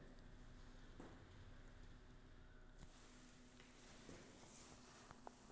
company अपन retained earning केँ basically शोध पर खरचा करय छै